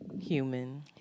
human